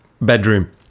bedroom